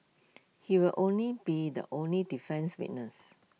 he will only be the only defence witness